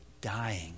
dying